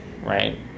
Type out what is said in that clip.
right